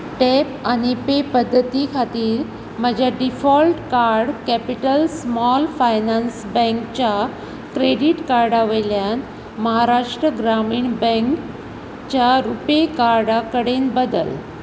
tap आनी pay पद्दती खातीर म्हजें default card capital small finance बँकच्या क्रॅडिट कार्ड वयल्यान महाराष्ट्र ग्रामीण बँकच्या रुपे कार्ड कडेन बदल